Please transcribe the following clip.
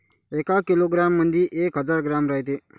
एका किलोग्रॅम मंधी एक हजार ग्रॅम रायते